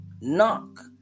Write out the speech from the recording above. Knock